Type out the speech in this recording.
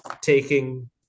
taking